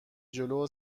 جلو